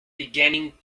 beginning